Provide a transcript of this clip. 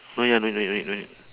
no ya no need no need no need